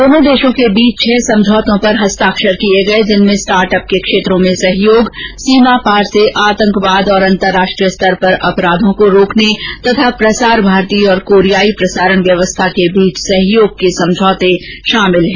दोनों देशों के बीच छह समझौतों पर हस्ताक्षर किए गए जिनमें स्टार्ट अप के क्षेत्रों में सहयोग सीमा पार से आतंकवाद और अंतर्राष्ट्रीय स्तर पर अपराधों को रोकने तथा प्रसार भारती और कोरियाई प्रसारण व्यवस्था के बीच सहयोग के समझौते शामिल हैं